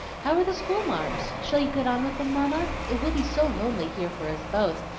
how are the school marms? shall you get on with them, mamma? it will be so lonely here for us both,